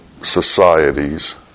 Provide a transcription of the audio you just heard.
societies